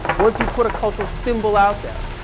once you put a cultural symbol out there,